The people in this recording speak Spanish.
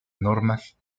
normas